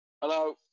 Hello